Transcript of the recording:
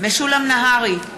משולם נהרי,